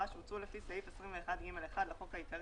שהוצאו לפי סעיף 21ג1 לחוק העיקרי,